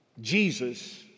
Jesus